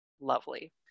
lovely